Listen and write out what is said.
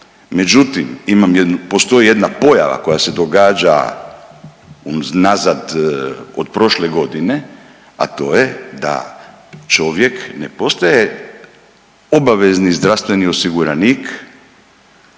jednu, postoji jedna pojava koja se događa unazad od prošle godine, a to je da čovjek ne potaje obavezni zdravstveni osiguranik